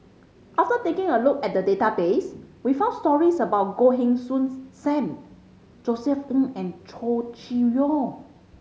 after taking a look at the database we found stories about Goh Heng Soon Sam Josef Ng and Chow Chee Yong